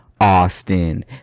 austin